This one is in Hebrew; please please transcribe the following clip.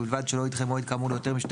ובלבד שלא ידחה מועד כאמור ליותר משתי